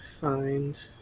find